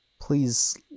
Please